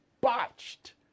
botched